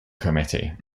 committee